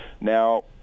Now